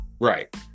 Right